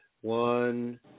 one